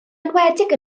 enwedig